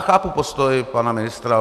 Chápu postoj pana ministra.